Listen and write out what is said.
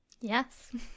yes